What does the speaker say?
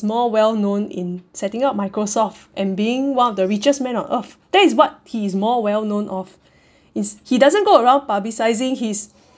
more well known in setting up Microsoft and being one of the richest man on earth that is what he is more well known of is he doesn't go around publicising his